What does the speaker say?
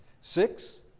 Six